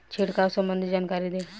छिड़काव संबंधित जानकारी दी?